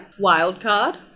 Wildcard